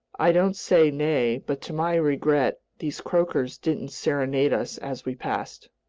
i don't say nay, but to my regret these croakers didn't serenade us as we passed.